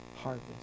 harvest